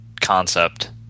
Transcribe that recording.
concept